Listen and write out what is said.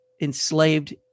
enslaved